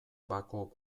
bako